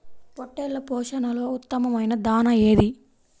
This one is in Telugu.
పొట్టెళ్ల పోషణలో ఉత్తమమైన దాణా ఏది?